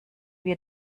wir